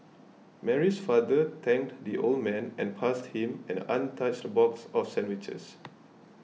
Mary's father thanked the old man and passed him an untouched box of sandwiches